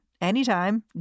anytime